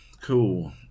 cool